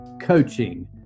coaching